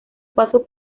paso